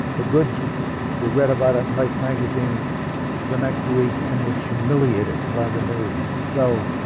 the goods you read about in life magazine the next week and were humiliated by the news. so,